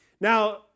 Now